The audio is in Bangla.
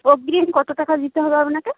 অগ্রিম কত টাকা দিতে হবে আপনাকে